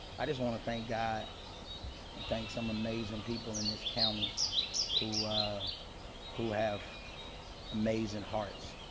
i just want to thank god and thank some amazing people in this county who who have amazing hearts.